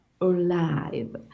alive